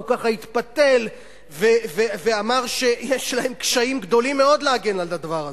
והוא ככה התפתל ואמר שיש להם קשיים גדולים מאוד להגן על הדבר הזה.